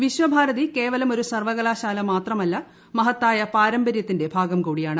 വിശ്വഭാരതി കേവലം ഒരു സർവ്വകലാശാല മാത്രമല്ല മഹത്തായ പാരമ്പര്യത്തിന്റെ ഭാഗം കൂടിയാണ്